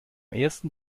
ersten